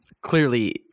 clearly